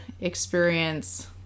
experience